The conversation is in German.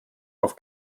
auf